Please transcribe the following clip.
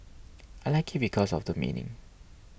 I like it because of the meaning